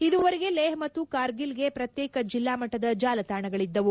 ಇದುವರೆಗೆ ಲೇಹ್ ಮತ್ತು ಕಾರ್ಗಿಲ್ಗೆ ಪ್ರತ್ಯೇಕ ಜಿಲ್ಲಾ ಮಟ್ಟದ ಜಾಲತಾಣಗಳಿದ್ದವು